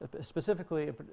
Specifically